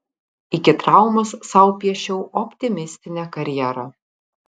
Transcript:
iki traumos sau piešiau optimistinę karjerą